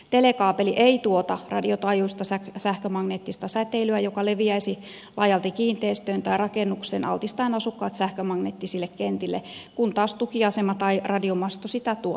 telekaapeli ei tuota radiotaajuista sähkömagneettista säteilyä joka leviäisi laajalti kiinteistöön tai rakennukseen altistaen asukkaat sähkömagneettisille kentille kun taas tukiasema tai radiomasto sitä tuottavat